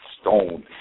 stone